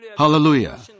Hallelujah